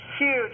huge